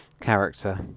character